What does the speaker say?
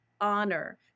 honor